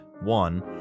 one